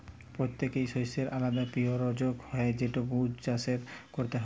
পত্যেকট শস্যের আলদা পিরয়োজন হ্যয় যেট বুঝে চাষট ক্যরতে হয়